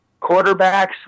quarterbacks